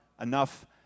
enough